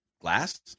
Glass